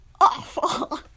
awful